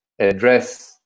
address